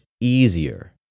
easier